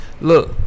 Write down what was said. Look